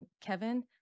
Kevin